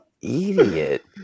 idiot